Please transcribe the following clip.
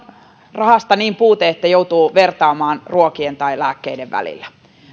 rahasta niin puute että joutuu vertaamaan ruokien tai lääkkeiden välillä